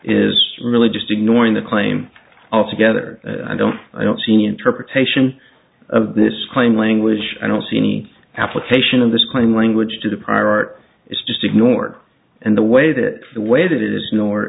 is really just ignoring the claim altogether i don't i don't seem interpretation of this claim language i don't see any application of this claim language to the prior art is just ignored and the way that the way that it is no